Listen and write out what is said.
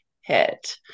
hit